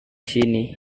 sini